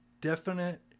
definite